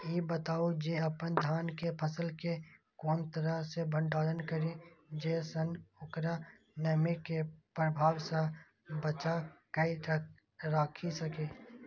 ई बताऊ जे अपन धान के फसल केय कोन तरह सं भंडारण करि जेय सं ओकरा नमी के प्रभाव सं बचा कय राखि सकी?